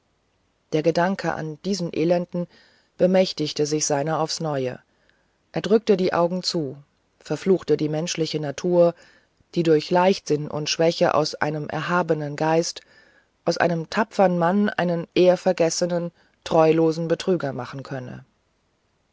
der gedanke an diesen elenden bemächtigte sich seiner aufs neue er drückte die augen zu verfluchte die menschliche natur die durch leichtsinn und schwäche aus einem erhabenen geist aus einem tapfern mann einen ehrvergessenen treulosen betrüger machen könne